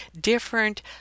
different